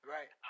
Right